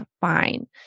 fine